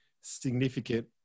significant